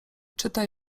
czytaj